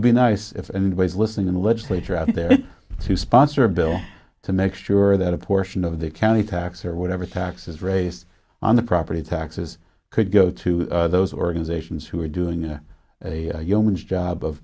would be nice if and was listening in the legislature out there to sponsor a bill to make sure that a portion of the county tax or whatever taxes raised on the property taxes could go to those organizations who are doing yeoman's job of